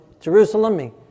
Jerusalem